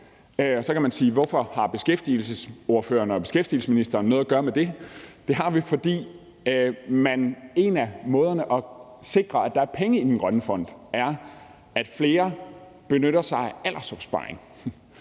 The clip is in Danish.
hvorfor beskæftigelsesordførerne og beskæftigelsesministeren har noget at gøre med det. Det har vi, fordi en af måderne at sikre, at der er penge i den grønne fond, er, at flere benytter sig af aldersopsparing,